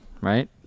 right